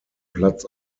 platz